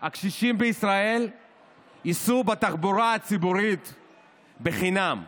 הקשישים בישראל ייסעו בתחבורה הציבורית חינם.